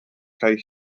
kaj